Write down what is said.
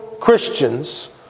Christians